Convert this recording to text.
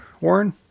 Warren